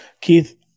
Keith